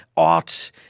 Art